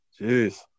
Jeez